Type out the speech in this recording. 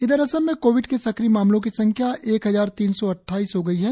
इधर असम में कोविड के सक्रिय मामलों की संख्या एक हजार तीन सौ अद्वाईस हो गई है